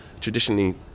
traditionally